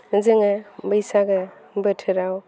जोङो बैसागो बोथोराव